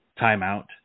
timeout